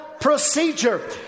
procedure